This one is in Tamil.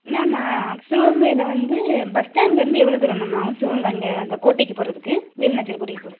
மேம் சிவகங்கையில் வந்து பஸ் ஸ்டாண்ட்லேருந்து எவ்வளோ தூரம் மேம் ஆகும் சிவகங்கை அந்த கோட்டைக்கு போகிறதுக்கு வேலுநாச்சியார் கோட்டைக்கு போக